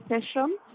session